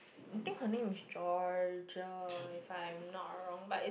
I think her name is Georgia if I am not wrong but it's